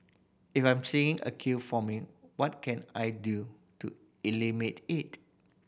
if I'm seeing a queue forming what can I do to eliminate it